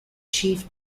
chief